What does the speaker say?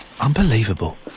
Unbelievable